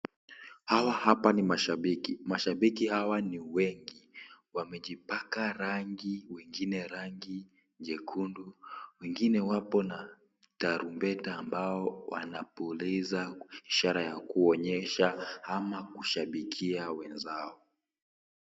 Hawa hapa ni mashabiki, mashabiki hawa ni wengi, wamejipaka rangi wengine rangi nyekundu, wengine wapo na Tarumbeta ambao wanapuliza ishara ya kuonyesha ama kushabikia wenzao.